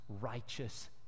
righteous